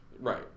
Right